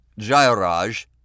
Jairaj